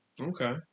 Okay